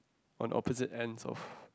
on opposite ends of